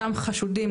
אותם חשודים,